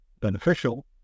beneficial